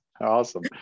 Awesome